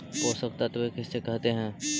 पोषक तत्त्व किसे कहते हैं?